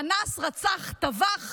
שאנס, רצח, טבח,